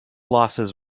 losses